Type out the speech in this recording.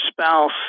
spouse